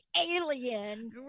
alien